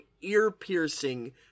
ear-piercing